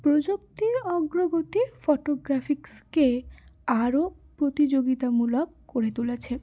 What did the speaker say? প্রযুক্তির অগ্রগতি ফটোগ্রাফিক্সকে আরও প্রতিযোগিতামূলক করে তুলেছে